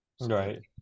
right